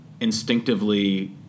instinctively